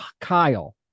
Kyle